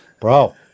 bro